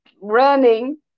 running